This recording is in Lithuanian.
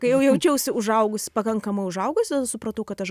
kai jau jaučiausi užaugusi pakankamai užaugusi supratau kad aš